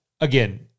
again